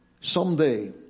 someday